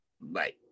bye